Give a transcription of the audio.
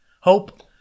hope